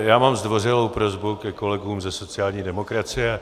Já mám zdvořilou prosbu ke kolegům ze sociální demokracie.